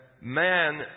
man